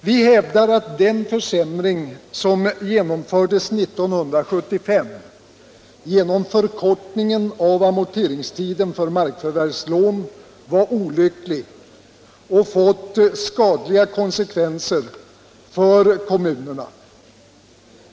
Vi hävdar att den försämring som genomfördes 1975 genom förkortningen av amorteringstiden för markförvärvslån var olycklig och har fått skadliga konsekvenser för kommunerna.